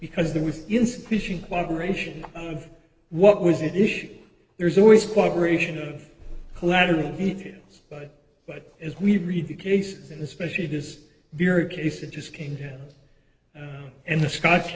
because there was insufficient cooperation what was it is there's always cooperation of collateral details but but as we read the cases and especially this very case it just came down and the scotch